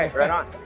right. right on.